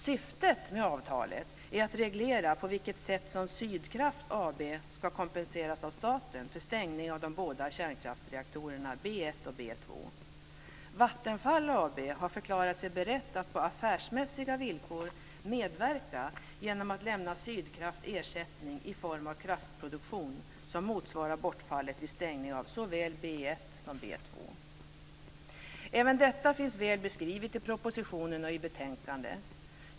Syftet med avtalet är att reglera på vilket sätt som Sydkraft AB ska kompenseras av staten för stängning av de båda kärnkraftsreaktorerna B 1 och B 2. Vattenfall AB har förklarat sig berett att på affärsmässiga villkor medverka genom att lämna Sydkraft ersättning i form av kraftproduktion som motsvarar bortfallet vid stängning av såväl B 1 som B 2. Även detta finns väl beskrivet i propositionen och i betänkandet.